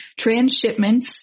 transshipments